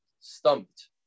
Stumped